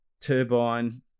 turbine